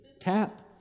Tap